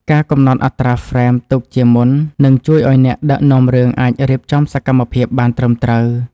ការកំណត់អត្រាហ្វ្រេមទុកជាមុននឹងជួយឱ្យអ្នកដឹកនាំរឿងអាចរៀបចំសកម្មភាពបានត្រឹមត្រូវ។